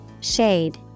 Shade